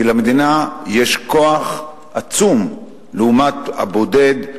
כי למדינה יש כוח עצום לעומת הבודד,